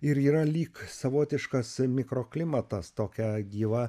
ir yra lyg savotiškas mikroklimatas tokia gyva